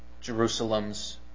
Jerusalem's